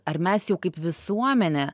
ar mes jau kaip visuomenė